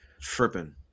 Tripping